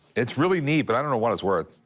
it's really neat, but i don't know what it's worth.